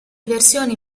versioni